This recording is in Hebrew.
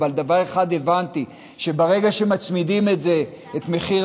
דבר אחד הבנתי: שברגע שמצמידים את מחיר